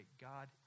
God